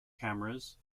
cameras